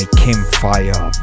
campfire